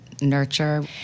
nurture